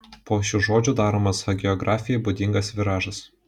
po šių žodžių daromas hagiografijai būdingas viražas